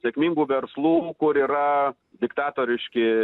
sėkmingų verslų kur yra diktatoriški